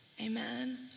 Amen